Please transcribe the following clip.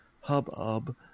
hubbub